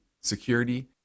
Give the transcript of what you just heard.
security